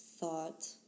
thought